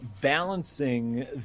balancing